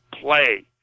play